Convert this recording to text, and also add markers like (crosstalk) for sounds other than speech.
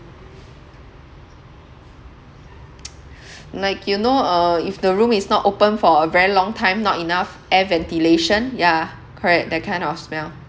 (noise) like you know uh if the room is not opened for a very long time not enough air ventilation yeah correct that kind of smell